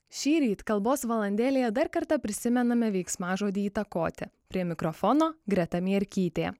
šįryt kalbos valandėlėje dar kartą prisimename veiksmažodį įtakoti prie mikrofono greta mierkytė